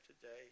today